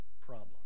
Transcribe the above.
problem